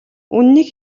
үнэнийг